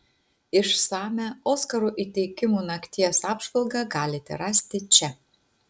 išsamią oskarų įteikimų nakties apžvalgą galite rasti čia